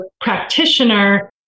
practitioner